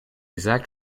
exact